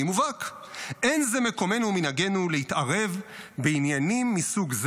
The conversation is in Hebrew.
מובהק --- אין זה מקומנו ומנהגנו להתערב בעניינים מסוג,